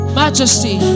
majesty